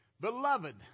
Beloved